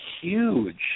huge